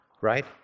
right